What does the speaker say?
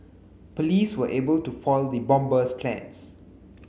police were able to foil the bomber's plans